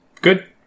Good